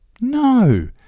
No